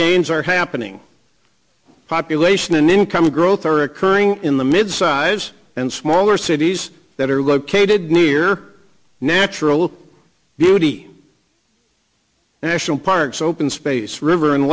gains are happening population and income growth are occurring in the mid size and smaller cities that are located near natural beauty national parks open space river and